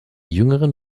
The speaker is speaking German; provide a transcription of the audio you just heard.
jüngeren